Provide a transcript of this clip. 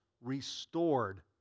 restored